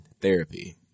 therapy